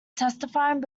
testifying